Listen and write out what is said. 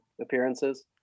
appearances